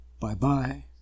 Bye-bye